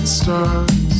stars